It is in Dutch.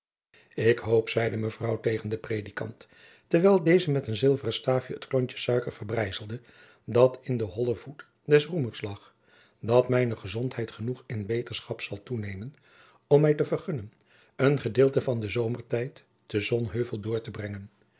ik hoop zeide mevrouw tegen den predikant terwijl deze met een zilveren staafje het klontje suiker verbrijzelde dat in den hollen voet des roemers lag dat mijne gezondheid genoeg in beterschap zal toenemen om mij te vergunnen een gedeelte van den zomertijd te sonheuvel door te brengen